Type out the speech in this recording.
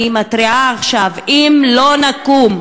אני מתריעה עכשיו: אם לא נקום,